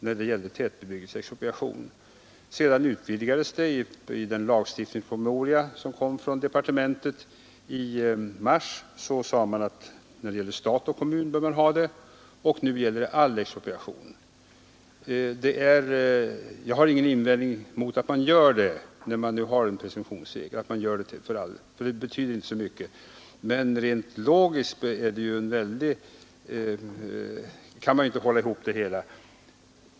Sedan föreslogs regeln utvidgad i den lagstiftningspromemoria som kom från departementet. i mars. Där hette det att den bör kunna användas vid expropriation för stat och kommuner. Nu gäller den all expropriation. Jag har ingen invändning mot denna vidgade tillämpning — den betyder inte särskilt mycket — till all expropriation, eftersom regeln ändå finns, men logiskt sett kan man inte hålla ihop det hela.